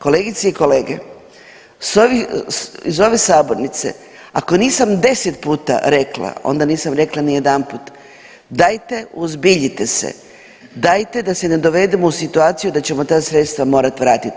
Kolegice i kolege s ovih, iz ove sabornice ako nisam 10 puta rekla onda nisam rekla ni jedanput, dajte uozbiljite se, dajte da se ne dovedemo u situaciju da ćemo ta sredstava morat vratiti.